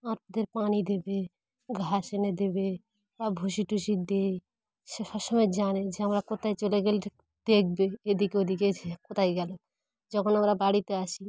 আমাদের পানি দেবে ঘাস এনে দেবে বা ভুসি টুসি দিই সে সব সময় জানে যে আমরা কোথায় চলে গেলে দেখবে এদিকে ওদিকে কোথায় গেলো যখন আমরা বাড়িতে আসি